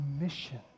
mission